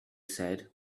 said